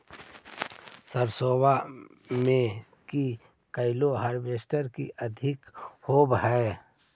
सरसोबा मे की कैलो हारबेसटर की अधिक होब है?